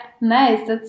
nice